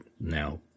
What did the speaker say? now